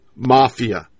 mafia